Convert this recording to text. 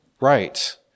Right